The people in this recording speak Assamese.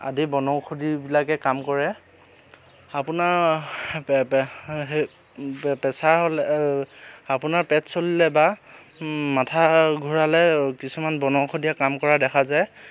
আদি বনৌষধিবিলাকে কাম কৰে আপোনাৰ প্ৰেছাৰ হ'লে আপোনাৰ পেট চলিলে বা মাথা ঘূৰালে কিছুমান বনৌষধিয়ে কাম কৰা দেখা যায়